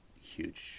huge